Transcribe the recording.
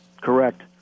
Correct